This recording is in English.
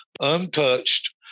untouched